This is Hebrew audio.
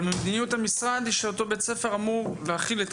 אבל מדיניות המשרד היא שאותו בית ספר אמור להכיל?